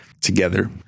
together